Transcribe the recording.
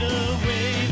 away